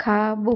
खाबो॒